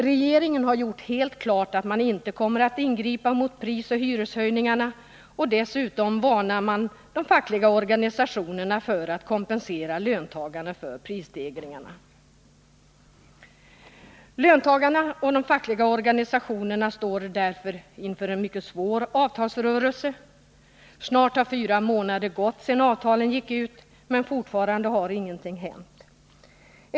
Regeringen har gjort helt klart att man inte kommer att ingripa mot prisoch hyreshöjningarna, och dessutom varnar man de fackliga organisationerna för att kompensera löntagarna för prisstegringarna. Löntagarna och de fackliga organisationerna står därför inför en mycket svår avtalsrörelse. Snart har fyra månader gått sedan avtalen gick ut, men fortfarande har ingenting hänt.